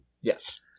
Yes